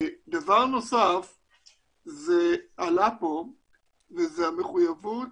דבר נוסף שעלה כאן זאת המחויבות